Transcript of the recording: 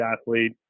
athlete